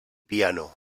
piano